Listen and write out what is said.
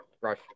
rush